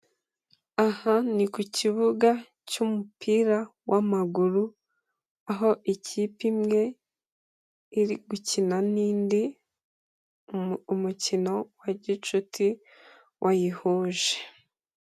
Aha ni ku kibuga cy'umupira w'amaguru aho ikipe imwe iri gukina n'indi umukino wa gicuti wayihuje.